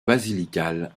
basilical